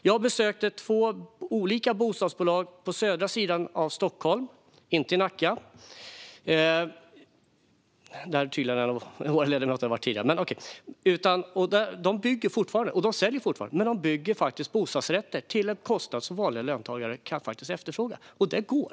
Jag besökte två olika bostadsbolag på södra sidan av Stockholm - inte i Nacka, där tydligen några andra ledamöter hade varit - och där bygger man fortfarande. De säljer fortfarande, och de bygger bostadsrätter till en kostnad som vanliga löntagare kan efterfråga. Det går.